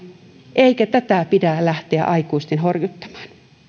eikä tätä pidä lähteä aikuisten horjuttamaan